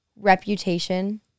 reputation